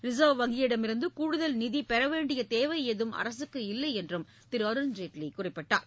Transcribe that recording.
reserve வங்கியிடமிருந்து கூடுதல் நிதி பெற வேண்டிய தேவை ஏதும் அரசுக்கு இல்லையென்றும் அவர் குறிப்பிட்டார்